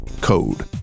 code